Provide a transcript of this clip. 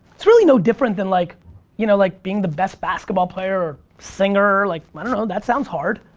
it's really no different than like you know like being the best basketball player or singer like i don't know that sounds hard.